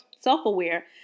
self-aware